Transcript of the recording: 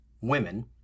women